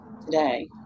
today